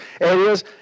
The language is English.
areas